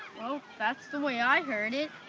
well, that's the way i heard it.